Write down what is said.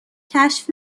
کشف